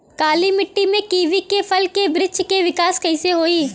काली मिट्टी में कीवी के फल के बृछ के विकास कइसे होई?